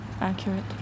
accurate